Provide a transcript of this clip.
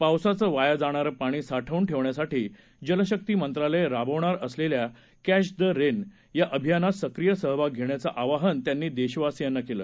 पावसाचं वाया जाणारं पाणी साठवून ठेवण्यासाठी जलशक्ती मंत्रालय राबवणार असलेल्या क्विद रेन या अभियानात सक्रीय सहभाग घेण्याचं आवाहन त्यांनी देशवासीयांना केलं